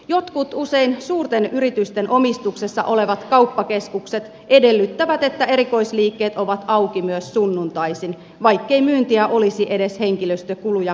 jotkut usein suurten yritysten omistuksessa olevat kauppakeskukset edellyttävät että erikoisliikkeet ovat auki myös sunnuntaisin vaikkei myyntiä olisi edes henkilöstökuluja kattamaan